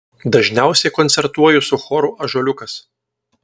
dažniausiai koncertuoju su choru ąžuoliukas